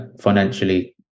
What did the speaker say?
financially